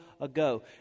ago